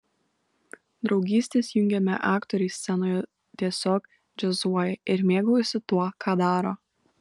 draugystės jungiami aktoriai scenoje tiesiog džiazuoja ir mėgaujasi tuo ką daro